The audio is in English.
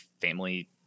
Family